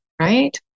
right